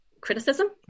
criticism